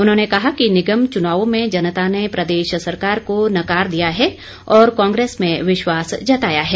उन्होंने कहा कि निगम चुनावों में जनता ने प्रदेश सरकार को नकार दिया है और कांग्रेस में विश्वास जताया है